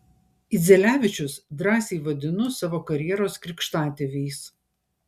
idzelevičius drąsiai vadinu savo karjeros krikštatėviais